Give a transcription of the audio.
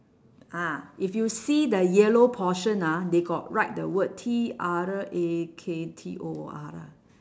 ah if you see the yellow portion ah they got write the word T R A K T O O R ah